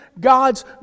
God's